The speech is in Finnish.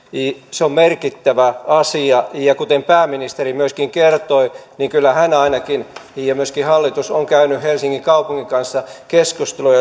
se on merkittävä asia kuten pääministeri myöskin kertoi niin kyllä hän ainakin ja myöskin hallitus on käynyt helsingin kaupungin kanssa keskustelua